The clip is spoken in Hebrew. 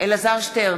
אלעזר שטרן,